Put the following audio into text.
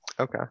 Okay